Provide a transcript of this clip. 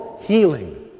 healing